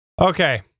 Okay